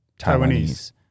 Taiwanese